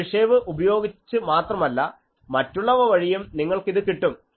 Chebyshev ഉപയോഗിച്ച് മാത്രമല്ല മറ്റുള്ളവ വഴിയും നിങ്ങൾക്ക് ഇത് കിട്ടും